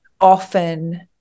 often